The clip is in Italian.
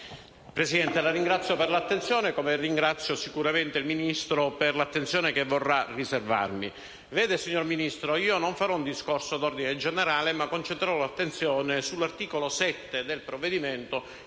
Presidente, la ringrazio per l'attenzione, come ringrazio sicuramente il Ministro per l'attenzione che vorrà riservarmi. Vede, signora Ministro, io non farò un discorso d'ordine generale, ma concentrerò l'attenzione sull'articolo 7 del provvedimento,